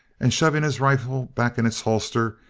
and shoving his rifle back in its holster,